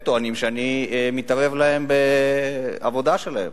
היא טענה שאני מתערב בעבודה שלה.